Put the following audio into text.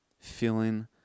feeling